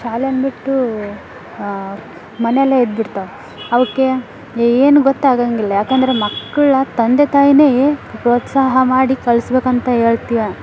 ಶಾಲೆಯನ್ನು ಬಿಟ್ಟು ಮನೆಯಲ್ಲೇ ಇದು ಬಿಡ್ತಾವೆ ಅವಕ್ಕೆ ಏನೂ ಗೊತ್ತಾಗಂಗಿಲ್ಲ ಯಾಕಂದರೆ ಮಕ್ಕಳ ತಂದೆ ತಾಯಿನೇ ಪ್ರೋತ್ಸಾಹ ಮಾಡಿ ಕಳ್ಸಬೇಕಂತ ಹೇಳ್ತಿಯ